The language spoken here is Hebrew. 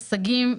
הישגים,